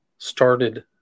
started